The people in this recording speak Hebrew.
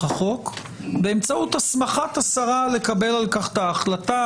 החוק באמצעות הסמכת השרה לקבל על-כך את ההחלטה.